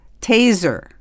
TASER